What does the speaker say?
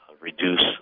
reduce